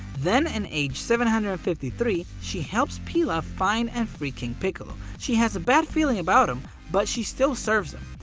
then in age seven hundred and fifty three she helps pilaf find and free king piccolo. she has a bad feeling about him, but she still serves him.